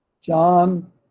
John